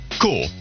cool